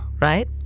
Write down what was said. Right